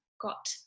got